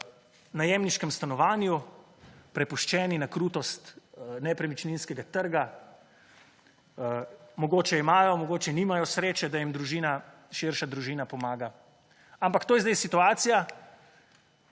najemniškem stanovanju, prepuščeni na krutost nepremičninskega trga, mogoče imajo, mogoče nimajo sreče, da jim družina, širša družina pomaga. Ampak to je zdaj situacija,